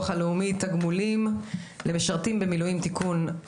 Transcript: הלאומי (תגמולים למשרתים במילואים)(תיקון),